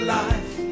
life